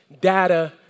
data